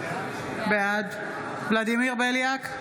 בעד ולדימיר בליאק,